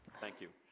thank you,